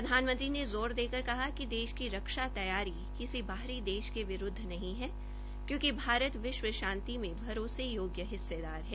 प्रधानमंत्री ने ज़ोर देकर कहा कि देश की रक्षा तैयारी किसी बाहरी देश के विरूदव नहीं है क्योंकि भारत विश्व शांति में भरोसे योग्य हिस्सेदार है